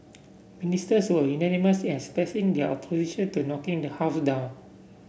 ministers were unanimous as expressing their opposition to knocking the house down